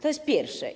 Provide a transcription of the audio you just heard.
To jest pierwsze.